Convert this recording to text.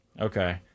Okay